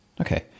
Okay